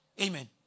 Amen